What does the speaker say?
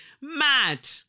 mad